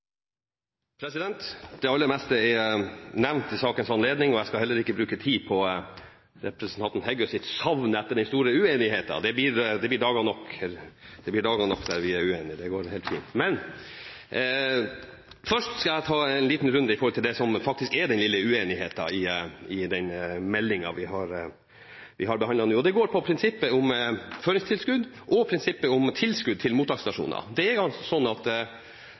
Det aller meste er nevnt i sakens anledning, og jeg skal heller ikke bruke tid på representanten Heggøs savn etter den store uenigheten. Det blir dager nok der vi er uenige, det går helt fint. Først skal jeg ta en liten runde på det som faktisk er den lille uenigheten i den meldingen vi har behandlet nå. Det går på prinsippet om føringstilskudd og prinsippet om tilskudd til mottaksstasjoner. Det er sånn at